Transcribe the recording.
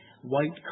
White